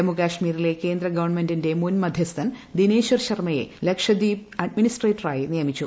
ജമ്മു കൾമീരിലെ കേന്ദ്ര ഗവൺമെന്റിന്റെ മുൻ മധ്യസ്ഥൻ ദിനേശ്വർ ശർമയെ ലക്ഷദ്വീപ് അഡ്മിനിസ്ട്രേറ്ററായി നിയമിച്ചു